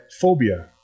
phobia